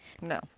no